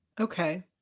okay